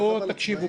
בואו תקשיבו,